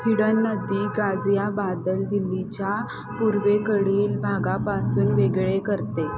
hidden नदी गाजियाबाद ला दिल्लीच्या पूर्वेकडील भागापासून वेगळे करते